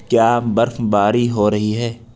کیا برف باری ہو رہی ہے